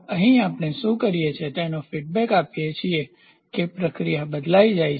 અહીં આપણે શું કરીએ છીએ તેનો ફીડબેક આપીએ છીએ તે છે કે પ્રક્રિયા બદલાઈ જાય છે